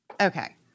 Okay